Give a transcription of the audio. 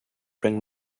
bring